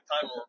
time